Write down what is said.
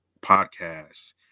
podcast